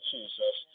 Jesus